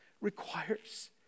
requires